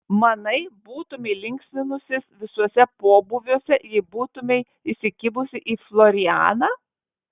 manai būtumei linksminusis visuose pobūviuose jei būtumei įsikibusi į florianą